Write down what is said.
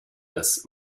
das